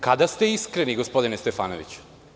Kada ste iskreni, gospodine Stefanoviću?